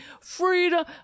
Freedom